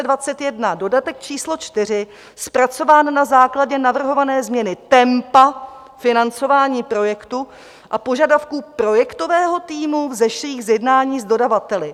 22. dubna 2021 dodatek číslo 4 zpracován na základě navrhované změny tempa financování projektu a požadavků projektového týmu vzešlých z jednání s dodavateli.